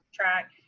Track